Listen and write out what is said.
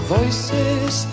Voices